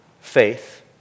faith